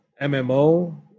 MMO